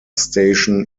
station